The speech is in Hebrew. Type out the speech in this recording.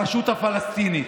הרשות הפלסטינית,